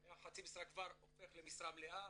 הוא היה חצי משרה, כבר הופך למשרה מלאה,